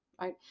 right